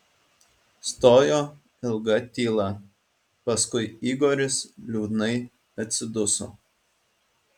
stojo ilga tyla paskui igoris liūdnai atsiduso